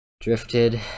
drifted